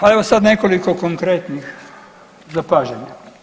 A za sad nekoliko konkretnih zapažanja.